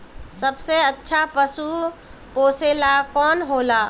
सबसे अच्छा पशु पोसेला कौन होला?